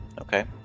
Okay